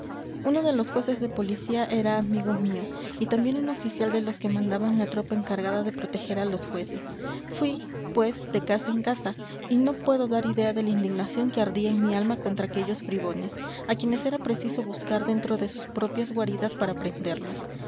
uno de los jueces de policía era amigo mío y también un oficial de los que mandaban la tropa encargada de proteger a los jueces fui pues de casa en casa y no puedo dar idea de la indignación que ardía en mi alma contra aquellos bribones a quienes era preciso buscar dentro de sus propias guaridas para prenderlos